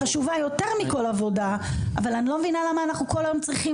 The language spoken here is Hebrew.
אבל אני לא מבינה למה אנחנו כל היום צריכים לרבע את המעגל,